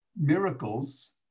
miracles